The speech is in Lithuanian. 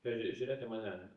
tai žiūrėk į mane